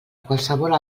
qualsevol